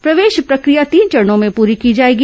प्रवेश प्रक्रिया तीन चरणों में पूरी की जाएगी